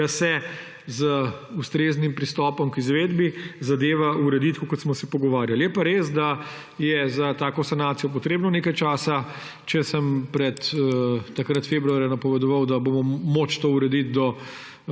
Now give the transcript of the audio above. da se z ustreznim pristopom k izvedbi zadeva uredi tako, kot smo se pogovarjali. Je pa res, da je za tako sanacijo potrebno nekaj časa. Če sem takrat februarja napovedoval, da bo moč to urediti do